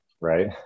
right